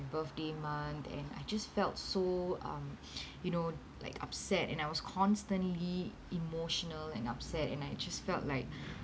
birthday month and I just felt so um you know like upset and I was constantly emotional and upset and I just felt like